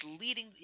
leading